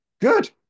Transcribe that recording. Good